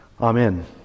Amen